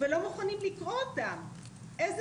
עכשיו רק להערה שלך,